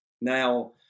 Now